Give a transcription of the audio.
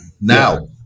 now